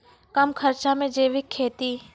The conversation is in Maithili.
कम खर्च मे जैविक खेती?